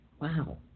Wow